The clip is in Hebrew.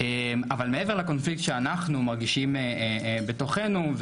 אבל מעבר לקונפליקט שאנחנו מרגישים בתוכנו,